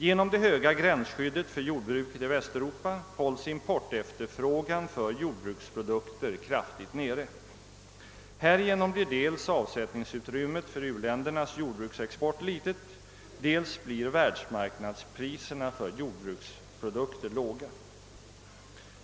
Genom det höga gränsskyddet för jordbruket i Västeuropa hålls importefterfrågan på jordbruksprodukter kraftigt nere. Härigenom blir dels avsättningsutrymmet för u-ländernas jordbruksexport litet, dels världsmarknadspriserna för jordbruksprodukter låga.